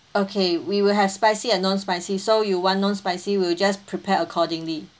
okay we will have spicy and non spicy so you want non spicy we will just prepare accordingly